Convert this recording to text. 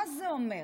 מה זה אומר?